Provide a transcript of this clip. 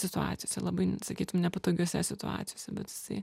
situacijose labai sakytum nepatogiose situacijose bet jisai